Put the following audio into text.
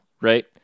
right